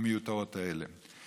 המיותרות האלה.